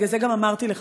בגלל זה גם אמרתי לך: